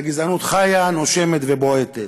והגזענות חיה, נושמת ובועטת.